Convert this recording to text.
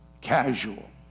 casual